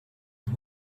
who